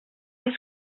est